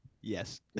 Yes